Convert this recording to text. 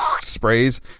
sprays